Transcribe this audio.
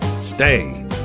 Stay